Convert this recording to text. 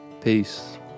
Peace